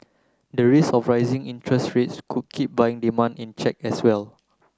the risk of rising interest rates could keep buying demand in check as well